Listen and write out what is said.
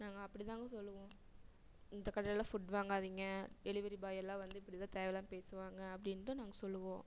நாங்கள் அப்படி தாங்க சொல்லுவோம் இந்த கடையில் ஃபுட் வாங்காதீங்க டெலிவரி பாய் எல்லாம் வந்து இப்படி தான் தேவை இல்லாமல் பேசுவாங்க அப்படின் தான் நாங்கள் சொல்வோம்